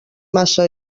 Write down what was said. massa